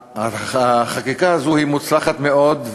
החקיקה הזו היא מוצלחת מאוד,